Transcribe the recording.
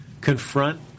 confront